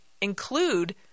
include